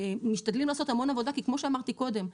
אנחנו משתדלים לעשות המון עבודה כי כמו שאמרתי קודם,